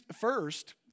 first